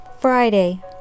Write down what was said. friday